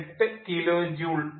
8 കിലോ ജൂൾ 908